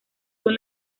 son